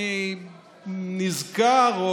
אני נזכר,